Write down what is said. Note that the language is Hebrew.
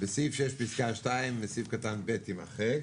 בסעיף 6(2) סעיף קטן (ב) יימחק.